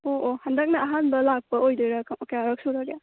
ꯑꯣ ꯑꯣ ꯍꯟꯗꯛꯅ ꯑꯍꯥꯟꯕ ꯂꯥꯛꯄ ꯑꯣꯏꯗꯣꯏꯔꯥ ꯀꯌꯥꯔꯛ ꯁꯨꯔꯒꯦ